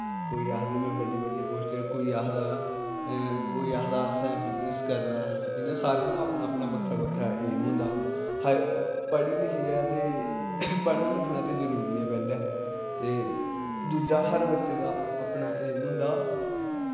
कोई आखदा में बड्डी बड्डी पोस्टें पर कोई आखदा कोई आखदा असें बिजनस करना इ'यां सारें दा अपना अपना बक्खरा बक्खरा ऐम होंदा पढ़ी लिखियै ते पढ़ना लिखना ते जरूरी ऐ पैह्लें ते दुजा हर बच्चे दा अपना ऐम होंदा